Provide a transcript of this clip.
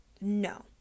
no